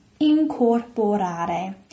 Incorporare